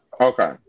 Okay